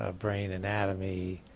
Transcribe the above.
ah brain anatomy,